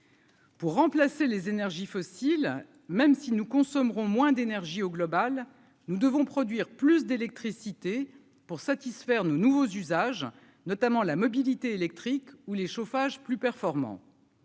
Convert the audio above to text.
Pour remplacer les énergies fossiles, même si nous consommeront moins d'énergie au global, nous devons produire plus d'électricité pour satisfaire nos nouveaux usages, notamment la mobilité électrique ou les chauffages plus performant,